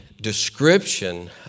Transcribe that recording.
description